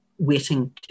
waiting